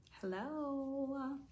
Hello